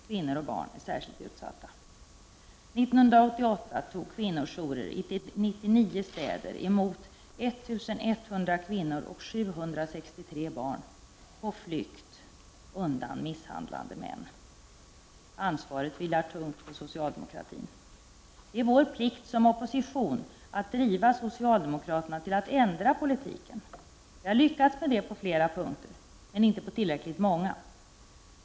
Kvinnor och barn är särskilt utsatta. 1988 tog kvinnojourer i 99 stä der emot 1 100 kvinnor och 763 barn på flykt undan misshandlande män. Ansvaret vilar tungt på socialdemokratin. Det är vår plikt som opposition att driva socialdemokraterna till att ändra politiken. Vi har lyckats med det på flera punkter men inte på tillräckligt många.